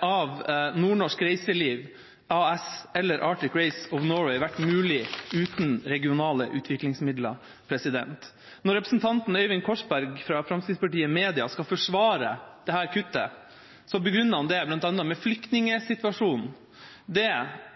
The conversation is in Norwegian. av NordNorsk Reiseliv AS eller Arctic Race of Norway vært mulig uten regionale utviklingsmidler. Når representanten Øyvind Korsberg fra Fremskrittspartiet i media skal forsvare dette kuttet, så begrunner han det bl.a. med flyktningsituasjonen. Det